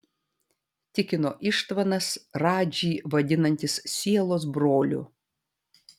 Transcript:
tikino ištvanas radžį vadinantis sielos broliu